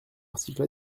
articles